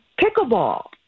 pickleball